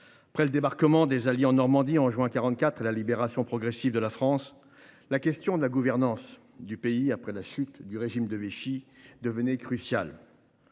Après le débarquement des Alliés en Normandie en juin 1944, au moment de la libération progressive de la France, la question de la gouvernance du pays après la chute du régime de Vichy est devenue cruciale.